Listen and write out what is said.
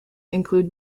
include